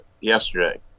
yesterday